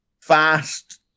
fast